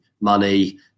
money